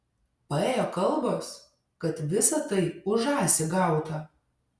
paėjo kalbos kad visa tai už žąsį gauta